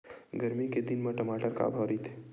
गरमी के दिन म टमाटर का भाव रहिथे?